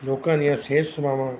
ਲੋਕਾਂ ਦੀਆਂ ਸਿਹਤ ਸੇਵਾਵਾਂ